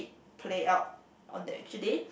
play out on the actual day